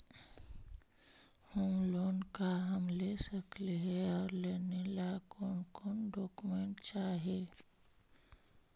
Home loan का हम ले सकली हे, और लेने ला कोन कोन डोकोमेंट चाही?